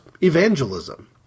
evangelism